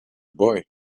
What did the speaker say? boy